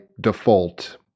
default